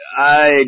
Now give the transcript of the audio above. I